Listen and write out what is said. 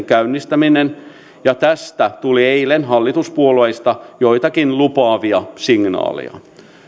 käynnistäminen ja tästä tuli eilen hallituspuolueista joitakin lupaavia signaaleja